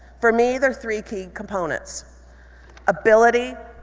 for me, the three key components ability,